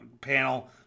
panel